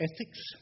ethics